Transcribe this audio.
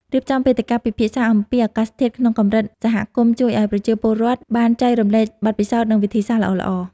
រៀបចំវេទិកាពិភាក្សាអំពីអាកាសធាតុក្នុងកម្រិតសហគមន៍ជួយឱ្យប្រជាពលរដ្ឋបានចែករំលែកបទពិសោធន៍ និង វិធីសាស្ត្រល្អៗ។